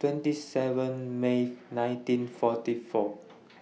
twenty seven May nineteen forty four